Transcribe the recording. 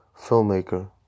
filmmaker